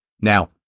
Now